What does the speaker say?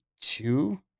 two